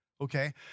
okay